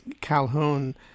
Calhoun